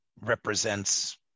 represents